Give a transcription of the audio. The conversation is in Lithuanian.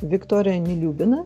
viktorija neliubina